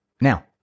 Now